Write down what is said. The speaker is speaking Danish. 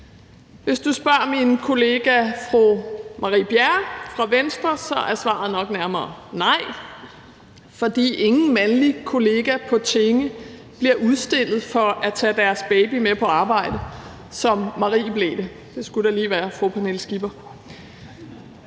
Hvis du spørger min kollega fru Marie Bjerre fra Venstre, er svaret nok nærmere nej, for ingen mandlig kollega på Tinge bliver udstillet for at tage sin baby med på arbejde, som Marie Bjerre blev det – det skulle da lige være fru Pernille Skipper.